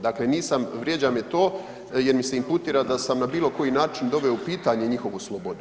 Dakle, nisam, vrijeđa me to jer mi se imputira da sam na bilo koji način doveo u pitanje njihovu slobodu.